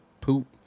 poop